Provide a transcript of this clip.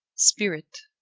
spirit.